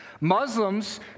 Muslims